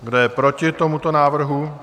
Kdo je proti tomuto návrhu?